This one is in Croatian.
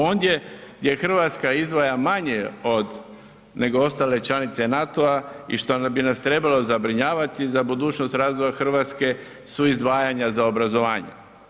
Ondje gdje Hrvatska izdvaja manje nego ostale članice NATO-a išto bi nas trebalo zabrinjavati za budućnost razvija Hrvatske su izdvajanja za obrazovanje.